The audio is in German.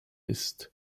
ist